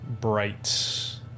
bright